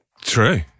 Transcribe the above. True